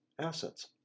assets